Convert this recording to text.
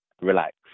relax